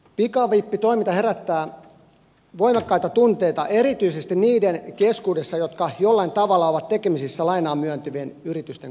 pikavippitoiminta herättää voimakkaita tunteita erityisesti niiden keskuudessa jotka jollain tavalla ovat tekemisissä lainaa myöntävien yritysten kanssa